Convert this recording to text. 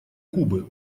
кубы